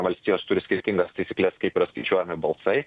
valstijos turi skirtingas taisykles kaip yra skaičiuojami balsai